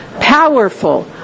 powerful